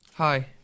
Hi